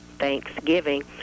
Thanksgiving